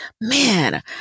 Man